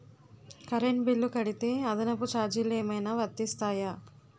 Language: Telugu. కరెంట్ బిల్లు కడితే అదనపు ఛార్జీలు ఏమైనా వర్తిస్తాయా?